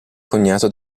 cognato